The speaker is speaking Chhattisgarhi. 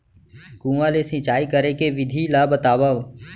कुआं ले सिंचाई करे के विधि ला बतावव?